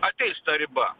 ateis ta riba